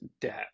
debt